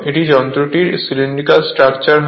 একটি যন্ত্রটির cylindrical structure হয়